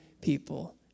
people